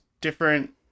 different